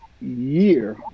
year